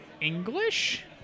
English